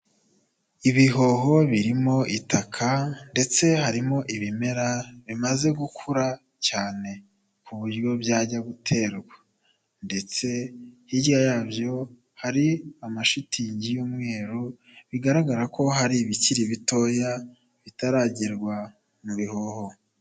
Ibihoho birimo itaka ndetse harimo ibimera bimaze gukura cyane ku buryo byajya guterwa ndetse hirya yabyo hari amashitingi y'umweru bigaragara ko hari ibikiri bitoya bitaragerwa mu bihoho.